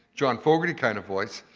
john fogerty kind of voice,